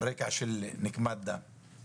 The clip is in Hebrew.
על רקע של נקמת דם.